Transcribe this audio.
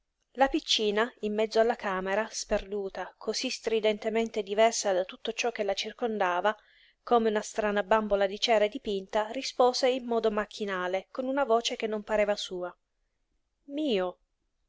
la piccina in mezzo alla camera sperduta cosí stridentemente diversa da tutto ciò che la circondava come una strana bambola di cera dipinta rispose in modo macchinale con una voce che non parve sua mio